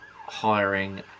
hiring